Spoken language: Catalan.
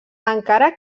encara